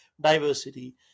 diversity